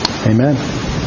Amen